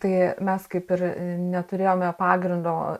tai mes kaip ir neturėjome pagrindo